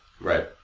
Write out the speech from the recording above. Right